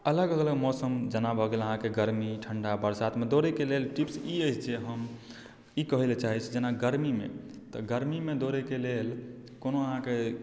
अलग अलग मौसममे जेना भऽ गेल अहाँकेँ गर्मी ठण्ढा बरसातमे दौड़यके लेल टिप्स ई अछि जे जे हम ई कहय लेल चाहैत छी जेना गर्मीमे तऽ गर्मीमे दौड़यके लेल कोनो अहाँकेँ